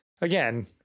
Again